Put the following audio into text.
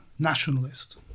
nationalist